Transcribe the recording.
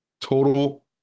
total